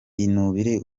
ibinure